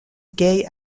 gay